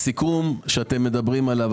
הסיכום שאתם מדברים עליו,